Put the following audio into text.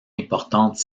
importantes